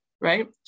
right